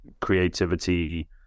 creativity